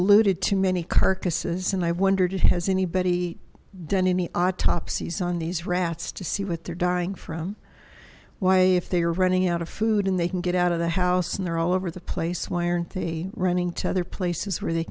alluded to many carcasses and i wondered has anybody done any autopsies on these rats to see what they're dying from why if they are running out of food and they can get out of the house and they're all over the place why aren't they running to other places where they